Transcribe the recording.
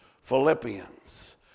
Philippians